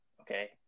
Okay